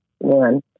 one